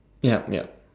yep yep